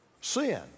Sin